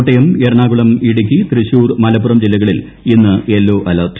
കോട്ടയം എറണാകുളം ഇടുക്കി തൃശ്ശൂർ മലപ്പുറം ജില്ലകളിൽ ഇന്ന് yellow alert